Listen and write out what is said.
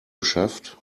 geschafft